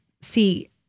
see